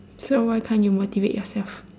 so why can't you motivate yourself